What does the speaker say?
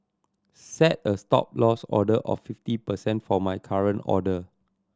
set a Stop Loss order of fifty percent for my current order